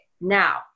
Now